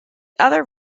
other